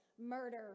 murder